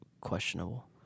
questionable